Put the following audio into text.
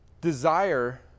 desire